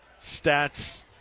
stats